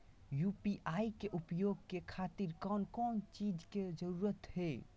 UPI के उपयोग के खातिर कौन कौन चीज के जरूरत है?